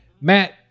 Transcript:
Matt